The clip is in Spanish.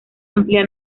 amplia